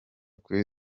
kuri